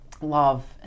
love